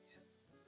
Yes